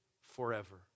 forever